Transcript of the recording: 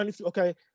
okay